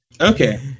Okay